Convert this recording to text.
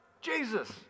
Jesus